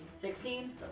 Sixteen